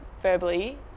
verbally